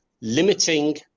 limiting